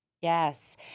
Yes